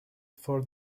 for